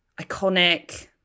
iconic